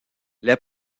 les